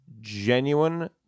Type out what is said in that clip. genuine